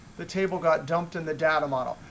the table got dumped in the data model.